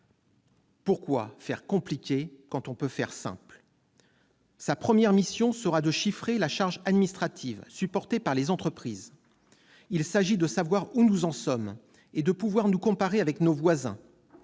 pourquoi faire compliqué quand on peut faire simple ? Sa première mission sera de chiffrer la charge administrative supportée par les entreprises : il s'agit de savoir où nous en sommes et de pouvoir nous comparer avec nos voisins.